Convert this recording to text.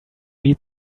meet